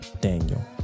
Daniel